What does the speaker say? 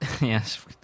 yes